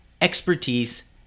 expertise